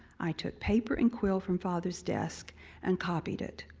i took paper and quill from father's desk and copied it.